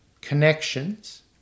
connections